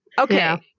Okay